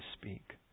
speak